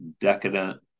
decadent